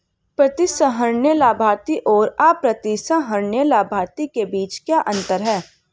प्रतिसंहरणीय लाभार्थी और अप्रतिसंहरणीय लाभार्थी के बीच क्या अंतर है?